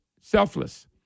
selfless